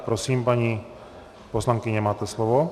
Prosím, paní poslankyně, máte slovo.